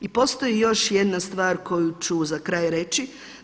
I postoji još jedna stvar koju ću za kraj reći.